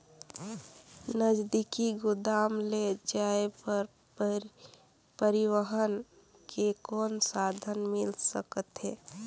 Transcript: नजदीकी गोदाम ले जाय बर परिवहन के कौन साधन मिल सकथे?